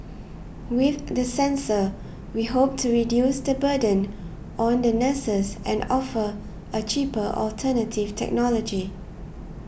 with the sensor we hope to reduce the burden on the nurses and offer a cheaper alternative technology